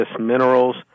minerals